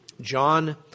John